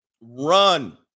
Run